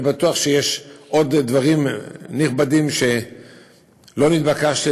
אני בטוח שיש עוד דברים נכבדים שלא נתבקשתי